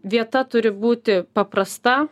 vieta turi būti paprasta